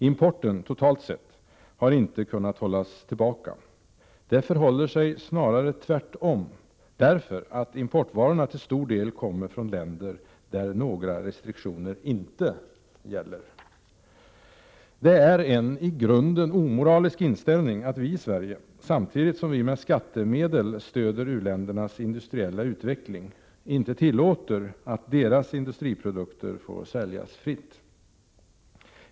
Importen totalt sett har inte kunnat hållas tillbaka. Det förhåller sig snarare tvärtom, därför att importvarorna till stor del kommer från länder där några restriktioner inte gäller. Det är en i grunden omoralisk inställning att vi i Sverige, samtidigt som vi med skattemedel stöder u-ländernas industriella utveckling, inte tillåter att deras industriprodukter får säljas fritt.